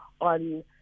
on